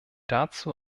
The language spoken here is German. dazu